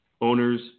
Owners